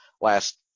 last –